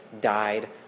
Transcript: died